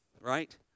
right